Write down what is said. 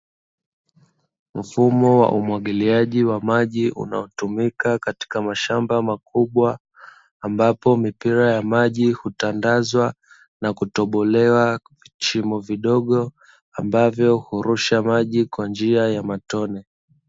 Mfumo wa umwagiliaji wa maji unaotumika katika mashamba makubwa, ambapo mipira ya maji hutandazwa, na kutobolewa vishimo vidogo, ambavyo hurusha maji kwa njia ya matone.